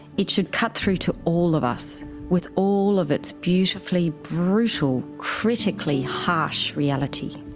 it should cut through to all of us with all of its beautifully brutal, critically harsh reality.